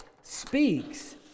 speaks